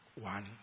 One